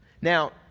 Now